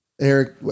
Eric